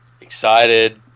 Excited